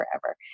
forever